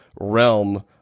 realm